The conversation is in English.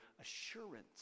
assurance